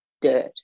dirt